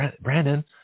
Brandon